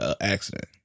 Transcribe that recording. accident